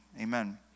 Amen